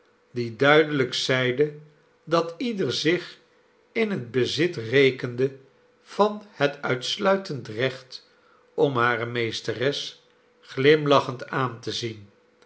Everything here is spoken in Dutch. die duidelijk zeide dat ieder zich in het bezit rekende van het uitsluitend recht om hare meesteres glimlachend aan te zien